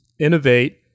innovate